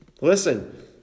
Listen